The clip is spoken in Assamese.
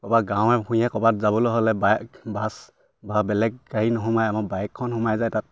ক'ৰবাত গাঁৱে ভূঞে ক'ৰবাত যাবলৈ হ'লে বাইক বাছ বা বেলেগ গাড়ী নোসোমাই আমাৰ বাইকখন সোমাই যায় তাত